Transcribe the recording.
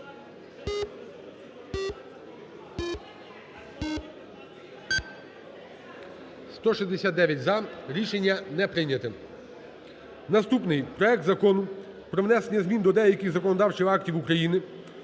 За-235 Рішення прийнято. Наступний. Проект Закону про внесення змін до деяких законодавчих актів України